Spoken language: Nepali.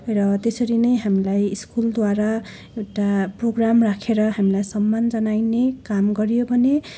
र त्यसरी नै हामीलाई स्कुलद्वारा एउटा प्रोग्राम राखेर हामीलाई सम्मान जनाइने काम गरियो भने